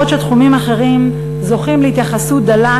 בעוד שתחומים אחרים זוכים להתייחסות דלה,